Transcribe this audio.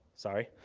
sorry,